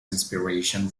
inspiration